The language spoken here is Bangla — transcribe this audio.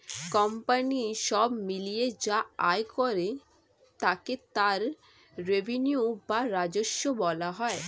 কোম্পানি সব মিলিয়ে যা আয় করে তাকে তার রেভিনিউ বা রাজস্ব বলা হয়